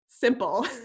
simple